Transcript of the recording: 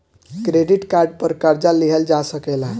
credit card पर कर्जा लिहल जा सकेला